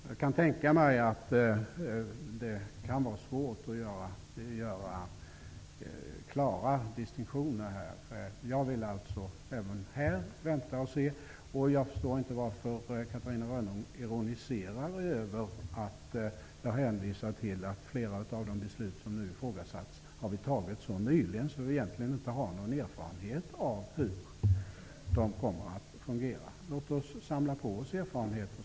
Jag kan tänka mig att det kan vara svårt att göra klara distinktioner här. Jag vill alltså även här vänta och se. Jag förstår inte varför Catarina Rönnung ironiserar över min hänvisning till att flera av de beslut som nu ifrågasatts har fattats av oss för så kort tid sedan att vi egentligen inte har någon erfarenhet av hur de fungerar. Låt oss därför samla på oss erfarenheter.